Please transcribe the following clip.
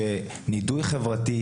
שנידוי חברתי,